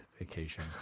vacation